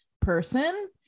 person